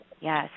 yes